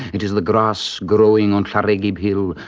it is the grass growing on llareggub hill,